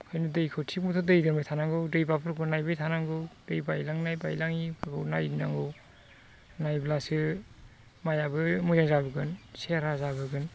ओंखायनो दैखौ थिग मथे दै दोनबाय थानांगौ दैमाफोरखौ नायबाय थानांगौ दै बायलांनाय बायलाङिफोरखौ नायनांगौ नायब्लासो माइयाबो मोजां जाजोबोगोन सेहरा जाबोगोन